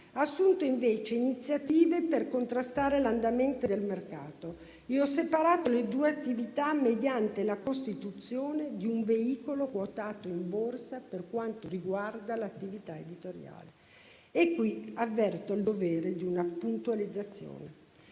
assunto invece iniziative per contrastare l'andamento del mercato e ho separato le due attività mediante la costituzione di un veicolo quotato in borsa per quanto riguarda l'attività editoriale. Qui avverto il dovere di una puntualizzazione.